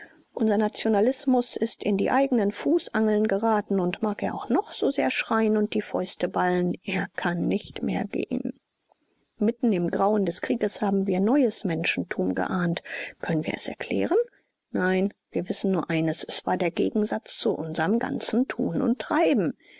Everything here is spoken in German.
unser nationalismus ist in die eigenen fußangeln geraten und mag er auch noch so sehr schreien und die fäuste ballen er kann nicht mehr gehen mitten im grauen des krieges haben wir neues menschentum geahnt können wir es erklären nein wir wissen nur eines es war der gegensatz zu unserm ganzen tun und treiben